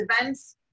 events